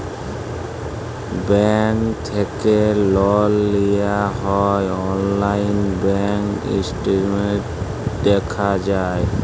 bank থ্যাকে লল লিয়া হ্যয় অললাইল ব্যাংক ইসট্যাটমেল্ট দ্যাখা যায়